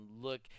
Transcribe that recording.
look